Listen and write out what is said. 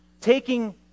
Taking